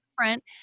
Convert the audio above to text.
different